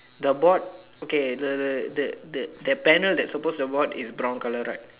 the board okay the the the the that panel that's supposed to have bought is brown colour right